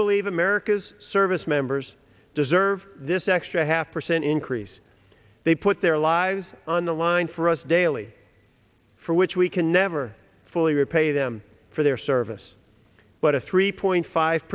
believe america's service members deserve this extra half percent increase they put their lives on the line for us daily for which we can never fully repay them for their service but a three point five